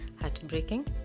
heartbreaking